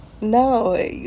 No